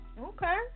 Okay